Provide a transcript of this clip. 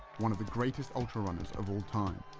one of the greatest ultra-runners of all time.